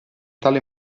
tale